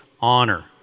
honor